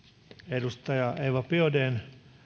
edustaja eva biaudetn